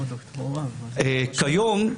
כיום,